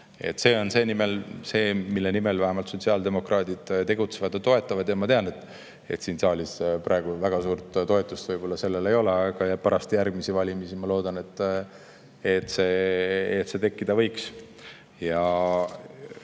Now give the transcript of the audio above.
See on see, mille nimel vähemalt sotsiaaldemokraadid tegutsevad ja mida toetavad. Ma tean, et siin saalis sellel praegu väga suurt toetust võib-olla ei ole, aga pärast järgmisi valimisi, ma loodan, võiks see tekkida.